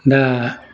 दा